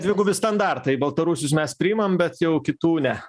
dvigubi standartai baltarusius mes priimam bet jau kitų ne